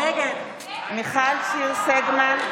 מיכל שיר סגמן,